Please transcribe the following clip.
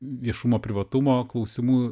viešumo privatumo klausimų